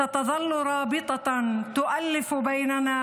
להלן תרגומם:)